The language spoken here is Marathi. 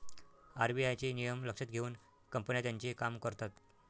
आर.बी.आय चे नियम लक्षात घेऊन कंपन्या त्यांचे काम करतात